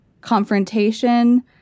confrontation